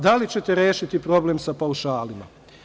Da li ćete rešiti problem sa paušalima?